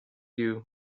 you